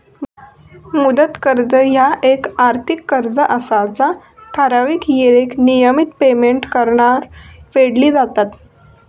मुदत कर्ज ह्या येक आर्थिक कर्ज असा जा ठराविक येळेत नियमित पेमेंट्स करान फेडली जातत